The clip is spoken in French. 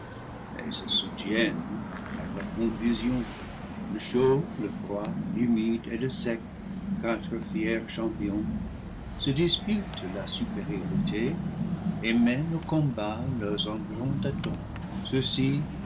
et se soutiennent par la confusion le chaud le froid l'humide et le sec quatre fiers champions se disputent la supériorité et mènent au combat leurs embryons d'atomes ceux-ci